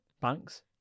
Banks